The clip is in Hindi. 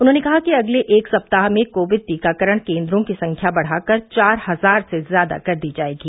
उन्होंने कहा कि अगले एक सप्ताह में कोविड टीकाकरण केन्द्रों की संख्या बढ़ाकर चार हजार से ज्यादा कर दी जाएगी